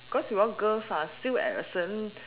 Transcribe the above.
cause we all girls still at a certain